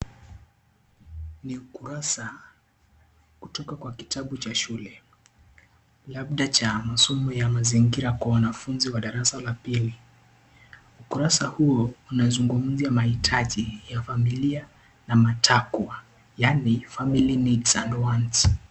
Niukurasa kutoka Kwa kitabu cha shule labda cha masomo ya mazingira Kwa wanafunzi wa darasa la pili. Kurasa huo inazungumzia mahitaji ya familia na matakwa yaani (CS)family needs at once (CS).